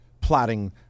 plotting